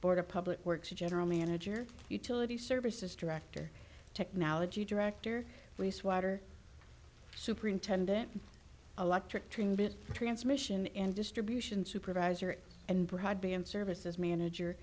board of public works a general manager utility services director technology director wastewater superintendent a lot to train a bit transmission and distribution supervisor and broadband services manager